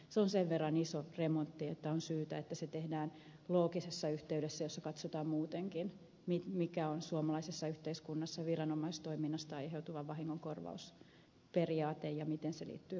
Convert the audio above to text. se on sen verran iso remontti että on syytä että se tehdään loogisessa yhteydessä jossa katsotaan muutenkin mikä on suomalaisessa yhteiskunnassa viranomaistoiminnasta aiheutuva vahingonkorvausperiaate ja miten se liittyy poliisin toimintaan